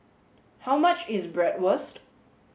how much is Bratwurst